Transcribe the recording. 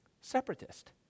separatist